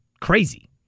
crazy